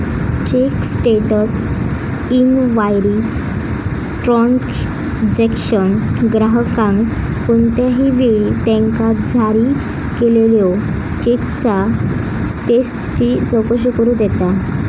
check status inquiry transaction ग्राहकाक कोणत्याही वेळी त्यांका जारी केलेल्यो चेकचा स्टेटसची चौकशी करू देता